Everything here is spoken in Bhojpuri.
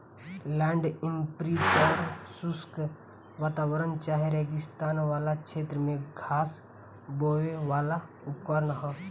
लैंड इम्प्रिंटेर शुष्क वातावरण चाहे रेगिस्तान वाला क्षेत्र में घास बोवेवाला उपकरण ह